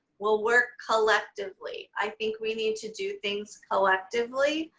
we'll work collectively. i think we need to do things collectively.